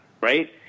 Right